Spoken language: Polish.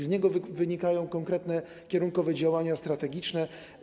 Z niego wynikają konkretne kierunkowe działania strategiczne.